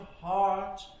heart